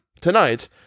tonight